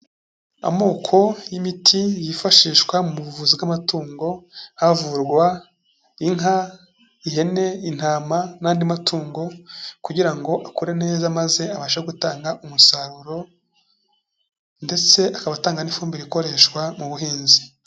Amoko y'imiti yifashishwa mu buvuzi bw'amatungo havurwa inka, ihene, intama n'andi matungo kugira ngo akore neza maze abashe gutanga umusaruro ndetse akaba atanga n'ifumbire ikoreshwa mu buhinzi.